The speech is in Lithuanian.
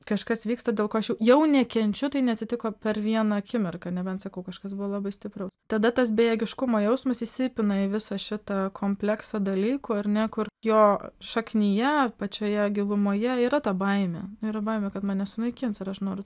kažkas vyksta dėl ko aš jau jau nekenčiu tai neatsitiko per vieną akimirką nebent sakau kažkas buvo labai stipraus tada tas bejėgiškumo jausmas įsipina į visą šitą kompleksą dalykų ar ne kur jo šaknyje pačioje gilumoje yra ta baimė yra baimė kad mane sunaikins ir aš noriu